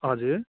हजुर